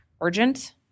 urgent